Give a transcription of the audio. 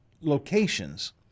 locations